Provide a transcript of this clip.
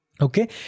Okay